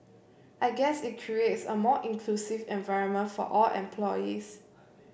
I guess it creates a more inclusive environment for all employees